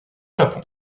japon